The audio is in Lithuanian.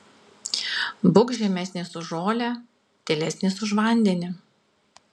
būk žemesnis už žolę tylesnis už vandenį